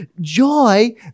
joy